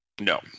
No